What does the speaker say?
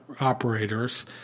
operators